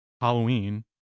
Halloween